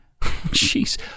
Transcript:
Jeez